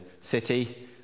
city